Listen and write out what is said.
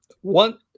One